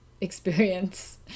experience